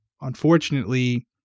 unfortunately